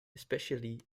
especially